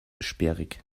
sperrig